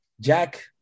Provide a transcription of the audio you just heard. Jack